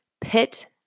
pit